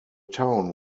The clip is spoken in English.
town